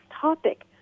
topic